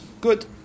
Good